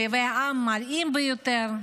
אויבי העם המרים ביותר.